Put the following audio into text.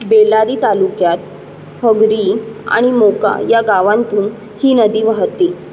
बेलारी तालुक्यात हगरी आणि मोका या गावांतून ही नदी वाहते